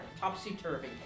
topsy-turvy